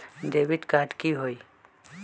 Debit card की होई?